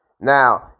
Now